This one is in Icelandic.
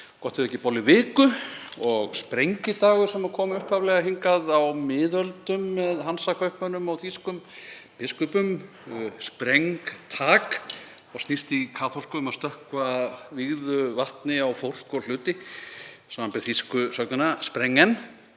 ef ekki bolluviku; sprengidagur, sem kom upphaflega hingað á miðöldum með Hansakaupmönnum og þýskum biskupum, „Sprengtag“, og snýst í kaþólsku um að stökkva vígðu vatni á fólk og hluti, samanber þýsku sögnina „sprengen“,